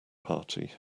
party